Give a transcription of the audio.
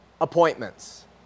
appointments